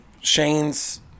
shane's